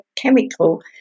chemical